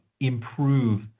improve